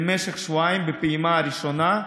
למשך שבועיים בפעימה הראשונה,